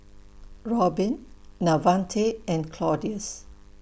Robyn Davante and Claudius